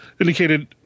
indicated